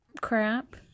crap